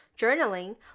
journaling